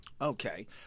Okay